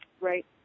Right